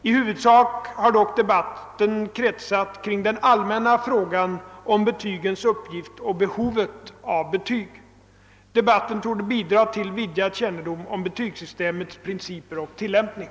I huvudsak har dock debatten kretsat kring den allmänna frågan om betygens uppgift och behovet av betyg. Debatten torde bidra till vidgad kännedom om betygssystemets principer och tillämpning.